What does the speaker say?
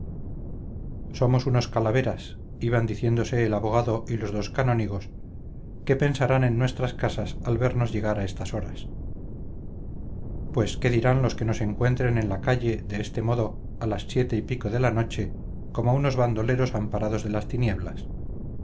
somos unos calaveras iban diciendo el abogado y los dos canónigos qué pensarán en nuestras casas al vernos llegar a estas horas pues qué dirán los que nos encuentren en la calle de este modo a las siete y pico de la noche como unos bandoleros amparados de las tinieblas